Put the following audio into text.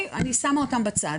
אני שמה אותם בצד.